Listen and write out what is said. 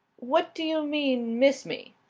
what do you mean, miss me?